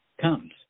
comes